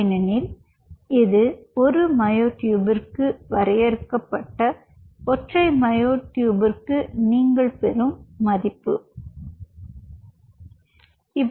ஏனெனில் இது ஒரு மயோட்யூபிற்கு வரையறுக்கப்பட்ட ஒற்றை மயோட்யூபிற்கு நீங்கள் பெறும் மதிப்பு இங்கே